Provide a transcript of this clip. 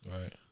Right